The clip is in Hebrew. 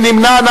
מי נמנע?